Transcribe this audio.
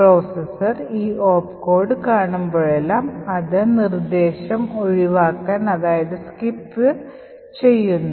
processor ഈ opcode കാണുമ്പോഴെല്ലാം അത് നിർദ്ദേശം ഒഴിവാക്കാൻ ചെയ്യുന്നു